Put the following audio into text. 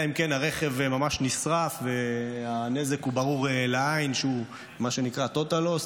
אלא אם כן הרכב ממש נשרף והנזק הוא ברור לעין שהוא מה שנקרא "טוטל לוס",